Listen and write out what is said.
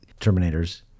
Terminators